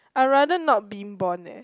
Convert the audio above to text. I rather not being born eh